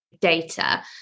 data